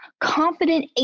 confident